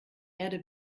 erde